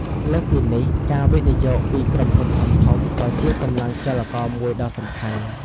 លើសពីនេះ ការវិនិយោគពីក្រុមហ៊ុនធំៗ ក៏ជាកម្លាំងចលករមួយដ៏សំខាន់។